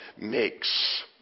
makes